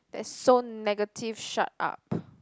that's so negative shut up